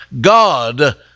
God